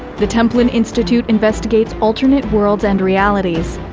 the templin institute investigates alternate worlds and realities.